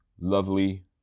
lovely